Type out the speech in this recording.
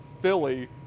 Philly